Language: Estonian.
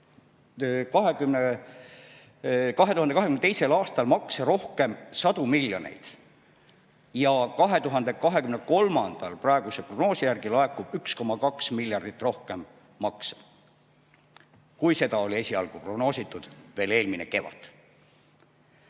2022. aastal makse rohkem sadu miljoneid. Ja 2023. aastal praeguse prognoosi järgi laekub 1,2 miljardit rohkem makse, kui seda prognoositi veel eelmisel kevadel.